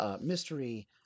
mystery